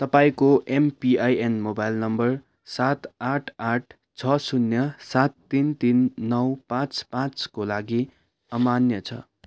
तपाईँको MPIN mobile number सात आठ आठ छ शून्य सात तिन तिन नौ पाँच पाँचको लागि अमान्य छ